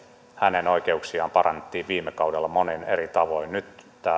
hänen oikeuksiaan parannettiin viime kaudella monin eri tavoin nyt tämä